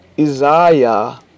Isaiah